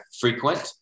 frequent